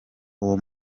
uwo